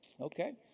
Okay